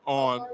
on